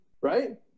Right